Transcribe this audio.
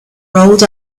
rolled